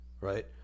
right